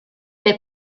est